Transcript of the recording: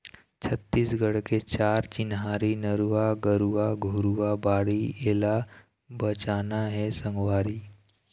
छत्तीसगढ़ के चार चिन्हारी नरूवा, गरूवा, घुरूवा, बाड़ी एला बचाना हे संगवारी